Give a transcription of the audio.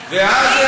ואז,